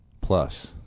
plus